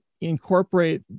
incorporate